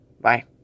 Bye